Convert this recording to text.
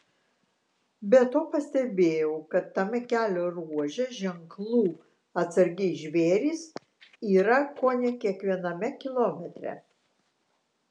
be to pastebėjau kad tame kelio ruože ženklų atsargiai žvėrys yra kone kiekviename kilometre